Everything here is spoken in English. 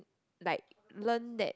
like learn that